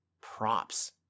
props